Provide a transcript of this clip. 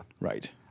Right